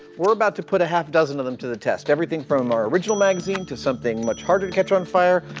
we're about to put a half-dozen of them to the test everything from our original magazine to something much harder to catch on fire,